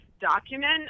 document